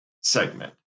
segment